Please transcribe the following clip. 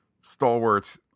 stalwart